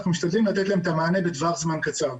אנחנו משתדלים לתת להם את המענה בטווח זמן קצר.